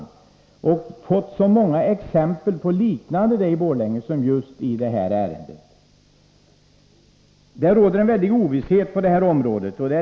Jag har fått många exempel liknande det som förekommit i Borlänge. Det råder en stor ovisshet på det här området.